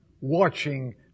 watching